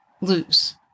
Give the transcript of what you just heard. lose